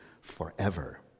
forever